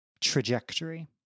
trajectory